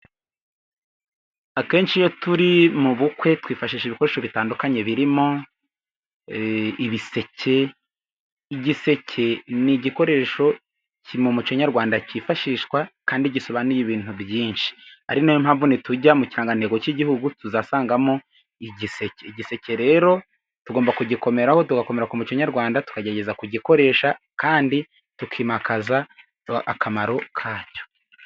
Akenshi iyo turi mu bukwe twifashishije ibikoresho bitandukanye, birimo ibiseke, igiseke ni igikoresho mu muco nyarwanda cyifashishwa kandi gisobanuye ibintu byinshi, ari na yo mpamvu nitujya mu kirangantego cy'Igihugu tuzasangamo igiseke. Igiseke rero tugomba kugikomeraho tugakomera ku muco nyarwanda, tukagerageza kugikoresha kandi tukimakaza akamaro kacyo.